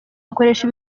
akoresha